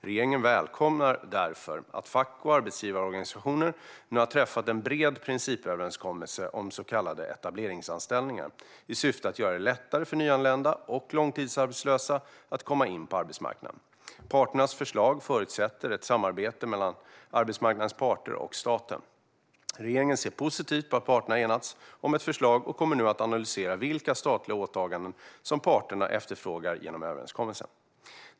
Regeringen välkomnar därför att fack och arbetsgivarorganisationer nu har träffat en bred principöverenskommelse om så kallade etableringsanställningar i syfte att göra det lättare för nyanlända och långtidsarbetslösa att komma in på arbetsmarknaden. Parternas förslag förutsätter ett samarbete mellan arbetsmarknadens parter och staten. Regeringen ser positivt på att parterna har enats om ett förslag och kommer nu att analysera vilka statliga åtaganden som parterna efterfrågar genom överenskommelsen.